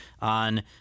on